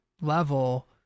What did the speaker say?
level